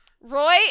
roy